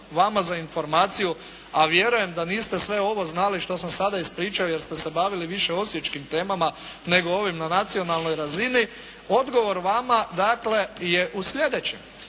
vama za informaciju a vjerujem da niste sve ovo znali što sam sada ispričao jer ste se bavili više osječkim temama nego ovim na nacionalnoj razini odgovor vama dakle je u slijedećem.